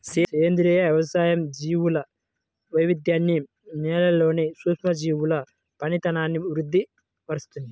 సేంద్రియ వ్యవసాయం జీవుల వైవిధ్యాన్ని, నేలలోని సూక్ష్మజీవుల పనితనాన్ని వృద్ది పరుస్తుంది